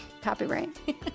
Copyright